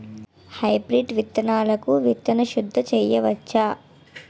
Hybrid విత్తనాలకు విత్తన శుద్ది చేయవచ్చ?